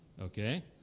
Okay